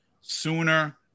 sooner